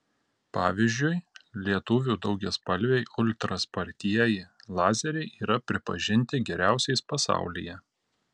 pavyzdžiui lietuvių daugiaspalviai ultra spartieji lazeriai yra pripažinti geriausiais pasaulyje